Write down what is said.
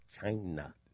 China